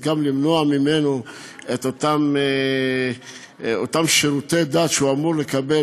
גם למנוע ממנו את אותם שירותי דת שהוא אמור לקבל?